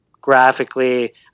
graphically